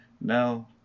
no